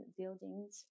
buildings